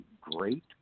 great